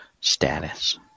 status